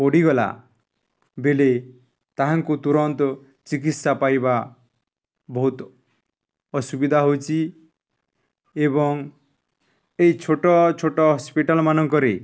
ପଡ଼ିଗଲା ବେଳେ ତାହାଙ୍କୁ ତୁରନ୍ତ ଚିକିତ୍ସା ପାଇବା ବହୁତ ଅସୁବିଧା ହେଉଛି ଏବଂ ଏଇ ଛୋଟ ଛୋଟ ହସ୍ପିଟାଲ୍ ମାନଙ୍କରେ